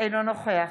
אינו נוכח